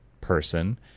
person